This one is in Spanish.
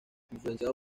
influenciado